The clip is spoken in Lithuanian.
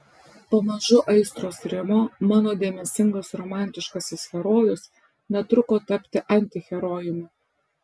pamažu aistros rimo mano dėmesingas romantiškasis herojus netruko tapti antiherojumi